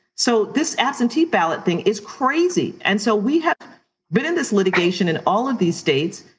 so this absentee ballot thing is crazy. and so we have been in this litigation in all of these states.